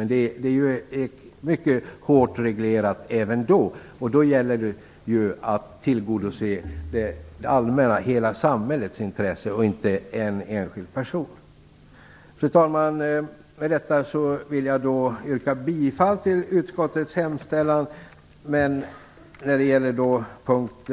Men även det är mycket hårt reglerat, och då gäller det att tillgodose det allmännas, hela samhällets, intresse och inte en enskild persons intresse. Fru talman! Med detta vill jag yrka bifall till utskottets hemställan utom i det moment där jag har yrkat